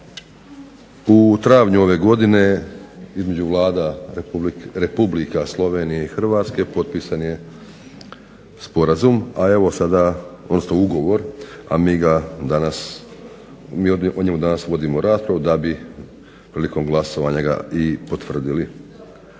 U travnju ove godine između vlada Republike Slovenije i Hrvatske potpisan je ugovor, a mi ga danas mi o njemu danas vodimo raspravu da bi prilikom glasovanja i potvrdili.